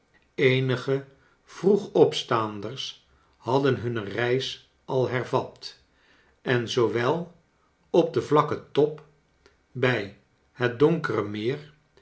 eenige vroeg opstaanders hadden hunne reis al hervat en zoowel op den vlakken top bij het donkere meer